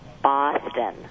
Boston